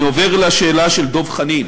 אני עובר לשאלה של דב חנין